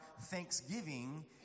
thanksgiving